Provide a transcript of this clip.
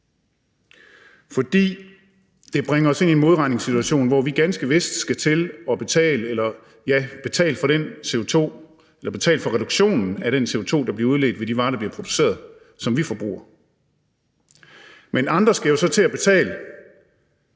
fordi det bringer os ind i en modregningssituation, hvor vi ganske vist skal til at betale for reduktionen af den CO2, der bliver udledt ved de varer, der bliver produceret, som vi forbruger. Men andre skal jo så til at betale